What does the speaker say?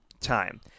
Time